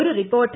ഒരു റിപ്പോർട്ട്